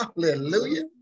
hallelujah